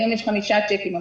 היום יש חמישה צ'קים,